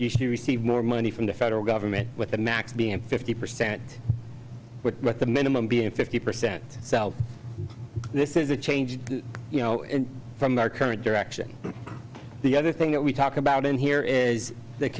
receive more money from the federal government with the max being fifty percent with the minimum being fifty percent so this is a change you know from their current direction the other thing that we talk about in here is th